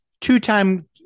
two-time